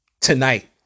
tonight